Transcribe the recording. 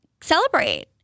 celebrate